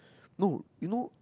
no you know